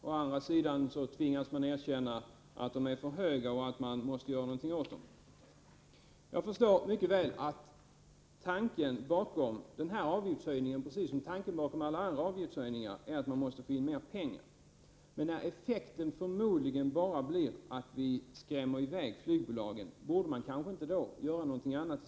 Å andra sidan tvingas man erkänna att de är för höga och att man måste göra någonting åt dem. Jag förstår mycket väl att tanken bakom den nu aktuella avgiftshöjningen, precis som bakom alla andra avgiftshöjningar, är att man skall få in mer pengar. Men när effekten förmodligen bara blir att vi skrämmer i väg flygbolagen, borde man inte då göra någonting annat?